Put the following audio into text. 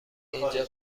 اینجا